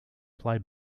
play